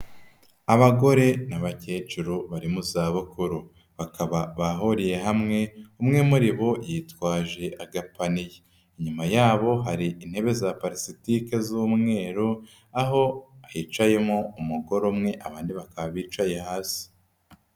Abagore n'abakecuru bari mu zabukuru, bakaba bahuriye hamwe, umwe muri bo yitwaje agapaniye, inyuma yabo hari intebe za parasitike z'umweru aho hicayemo umugore umwe, abandi bakaba bicaye hasi.